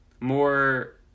more